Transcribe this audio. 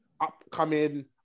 upcoming